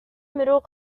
middle